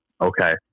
okay